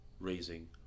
raising